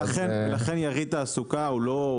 ולכן יריד תעסוקה הוא לא,